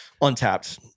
Untapped